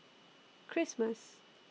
Christmas